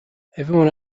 everyone